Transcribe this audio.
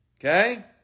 Okay